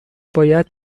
باید